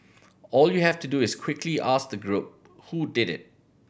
all you have to do is quickly ask the group who did it